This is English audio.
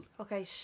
Okay